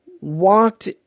walked